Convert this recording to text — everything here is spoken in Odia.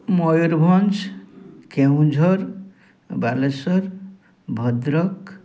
ମୟୁରଭଞ୍ଜ କେନ୍ଦୁଝର ବାଲେଶ୍ଵର ଭଦ୍ରକ